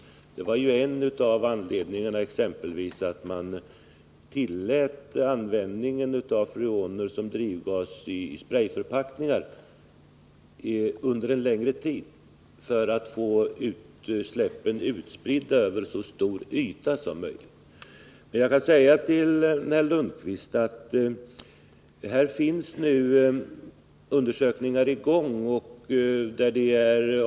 Detta var en av anledningarna till att exempelvis användningen av freoner som drivgas i sprejförpackningar tilläts under en längre tid — man ville få utsläppen utspridda över en så stor yta som möjligt. Jag vill säga till herr Lundkvist att undersökningar nu är i gång.